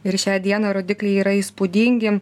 ir šią dieną rodikliai yra įspūdingi